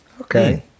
Okay